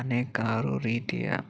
ಅನೇಕಾರು ರೀತಿಯ